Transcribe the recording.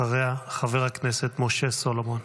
אחריה, חבר הכנסת משה סולומון.